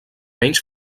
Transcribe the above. menys